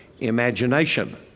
imagination